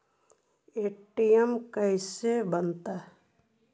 ATM कैसे बनता?